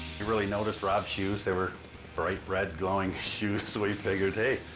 we really noticed rob's shoes. they were bright red, glowing shoes, so we figured, hey,